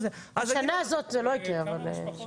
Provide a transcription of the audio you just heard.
השנה הזאת זה לא יקרה אבל.